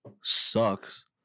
sucks